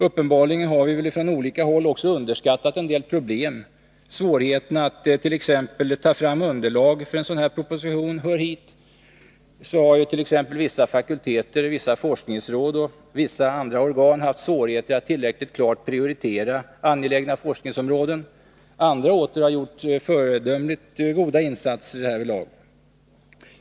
Uppenbarligen har vi väl från olika håll också underskattat en del problem. Svårigheterna att ta fram ett underlag för en sådan proposition hör hit. Så har t.ex. vissa fakulteter, vissa forskningsråd och vissa andra organ haft svårigheter att tillräckligt klart prioritera angelägna forskningsområden. Andra åter har gjort föredömligt goda insatser härvidlag.